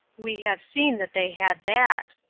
we have seen that they had that.